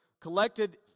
collected